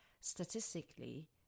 statistically